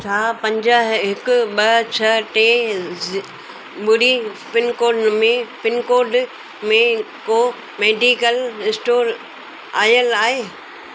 छा पंज हिकु ॿ छह टे ज़ ॿुड़ी पिनकोड में पिनकोड में को मेडिकल इस्टोर आयल आहे